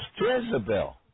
Jezebel